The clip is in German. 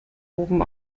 oben